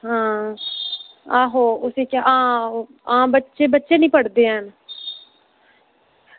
अं आहो उसी आक्खेओ आं बच्चे बच्चे निं पढ़दे हैन